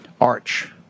arch